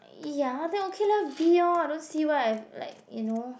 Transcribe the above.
ya then okay lah B orh I don't see why I like you know